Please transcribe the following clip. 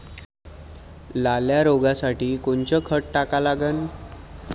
लाल्या रोगासाठी कोनचं खत टाका लागन?